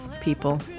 people